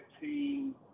team